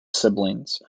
siblings